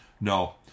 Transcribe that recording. No